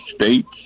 states